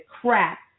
crap